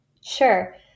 Sure